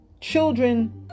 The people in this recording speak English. children